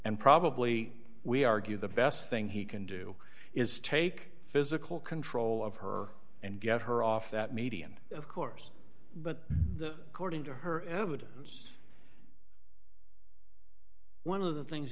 and probably we argue the best thing he can do is take physical control of her and get her off that median of course but the cording to her evidence one of the things